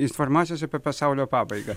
informacijos apie pasaulio pabaigą